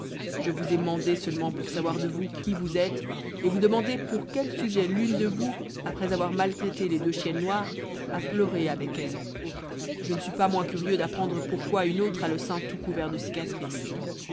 je vous ai mandées seulement pour savoir de vous qui vous êtes et vous demander pour quel sujet l'une de vous après avoir maltraité les deux chiennes noires a pleuré avec elles je ne suis pas moins curieux d'apprendre pourquoi une autre a le sein tout couvert de cicatrices